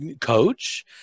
Coach